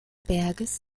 berges